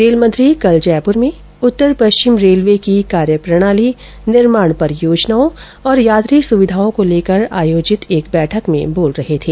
rail मंत्री कल जयपुर में उत्तर पश्चिम रेलवे की कार्यप्रणाली निर्माण परियोजनाओं और यात्री सुविधाओं को लेकर आयोजित एक बैठक में बोल रहे थे